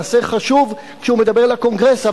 זה היה מעשה חשוב שהוא מדבר לקונגרס.